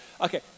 okay